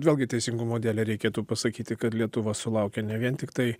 vėlgi teisingumo dėlei reikėtų pasakyti kad lietuva sulaukė ne vien tiktai